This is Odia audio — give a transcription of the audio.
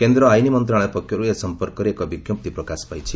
କେନ୍ଦ୍ର ଆଇନ ମନ୍ତ୍ରଣାଳୟ ପକ୍ଷରୁ ଏ ସମ୍ପର୍କରେ ଏକ ବିଜ୍ଞପ୍ତି ପ୍ରକାଶ ପାଇଛି